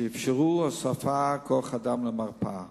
שאפשרה הוספת כוח-אדם למרפאה.